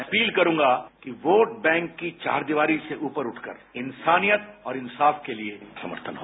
मैं अपील करूगां कि वोट बैंक की चार दीवारी से ऊपर उठकर इंसानियत और इंसाफ के लिए समर्थन हो